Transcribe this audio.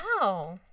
Wow